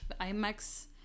IMAX